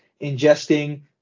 ingesting